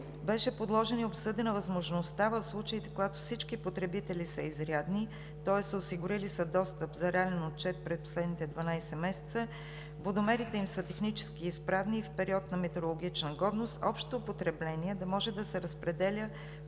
Беше предложена и обсъдена възможността в случаите, когато всички потребители са изрядни, тоест осигурили са достъп за реален отчет през последните 12 месеца, водомерите им са технически изправни и в период на метрологична годност, общото потребление да може да се разпределя